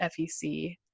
FEC